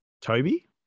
Toby